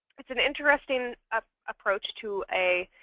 it's an interesting ah approach to a